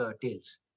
tales